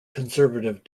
conservative